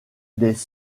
des